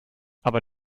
aber